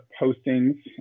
postings